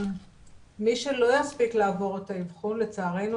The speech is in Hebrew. מי שלא יספיק לעבור את האבחון לצערנו,